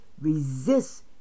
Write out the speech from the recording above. resist